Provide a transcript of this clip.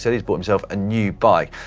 so he's bought himself a new bike.